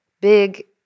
big